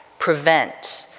prevent,